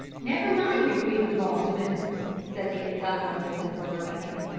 never mind if we have lost members! said the indomitable mrs. burbank.